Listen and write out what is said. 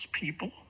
people